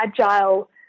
agile